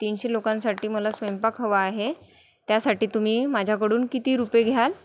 तीनशे लोकांसाठी मला स्वयंपाक हवा आहे त्यासाठी तुम्ही माझ्याकडून किती रुपये घ्याल